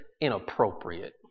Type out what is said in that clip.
inappropriate